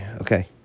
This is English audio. okay